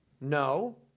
No